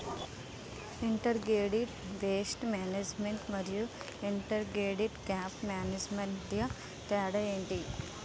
integrated pest management మరియు integrated crop management మధ్య తేడా ఏంటి